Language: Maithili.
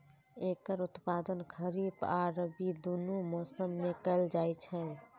एकर उत्पादन खरीफ आ रबी, दुनू मौसम मे कैल जाइ छै